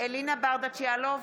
אלינה ברדץ' יאלוב,